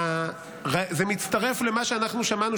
זה מצטרף למה שאנחנו שמענו,